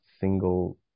single